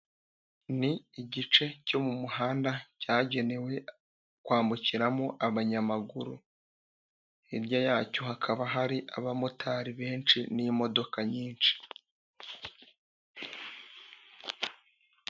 Ni igice cyo mu muhanda cyagenewe kwambukiramo abanyamaguru, hirya yacyo hakaba hari abamotari benshi n'imodoka nyinshi.